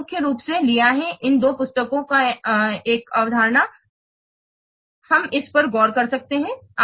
हमने मुख्य रूप से लिया है यह इन दो पुस्तकों पर एक अवधारणा है हम इस पर गौर कर सकते हैं